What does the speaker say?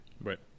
Right